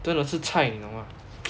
真的是菜你懂吗